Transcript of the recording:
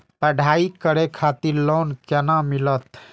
पढ़ाई करे खातिर लोन केना मिलत?